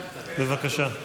בבקשה.